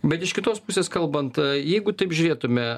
bet iš kitos pusės kalbant jeigu taip žiūrėtume